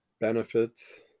benefits